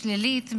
או שלילית,